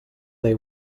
they